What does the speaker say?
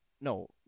no